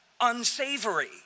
unsavory